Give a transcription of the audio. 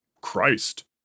Christ